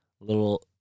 little